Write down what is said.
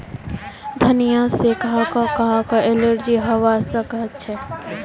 धनिया से काहको काहको एलर्जी हावा सकअछे